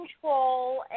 control